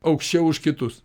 aukščiau už kitus